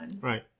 Right